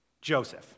Joseph